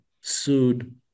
sued